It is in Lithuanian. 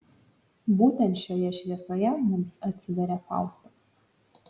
būtent šioje šviesoje mums atsiveria faustas